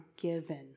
given